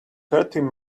hurting